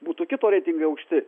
būtų kito reitingai aukšti